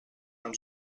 amb